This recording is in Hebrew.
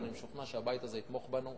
אבל אני משוכנע שהבית הזה יתמוך בנו,